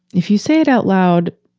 if you say it out loud,